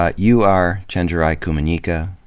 ah you are chenjerai kumanyika,